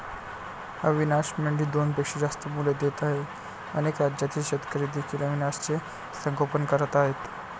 अविशान मेंढी दोनपेक्षा जास्त मुले देत आहे अनेक राज्यातील शेतकरी देखील अविशानचे संगोपन करत आहेत